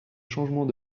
changement